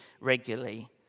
regularly